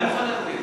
אני יכול להסביר.